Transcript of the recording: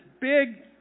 big